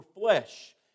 flesh